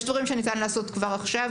יש דברים שניתן לעשות כבר עכשיו,